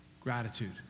Gratitude